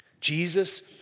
Jesus